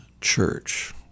church